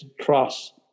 trust